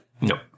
No